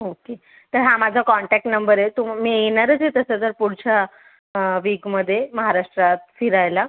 हो ठीक तर हा माझा कॉन्टॅक्ट नंबर आहे तू मी येणारच आहे तसं तर पुढच्या वीकमध्ये महाराष्ट्रात फिरायला